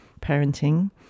parenting